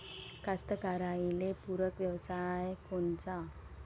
कास्तकाराइले पूरक व्यवसाय कोनचा?